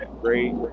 great